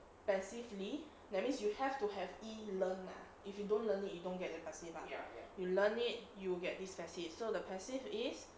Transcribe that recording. passively that means you have to have E learnt lah if you don't learn it you don't get the passive part you learn it you get this passive so the passive is